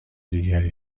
دیگری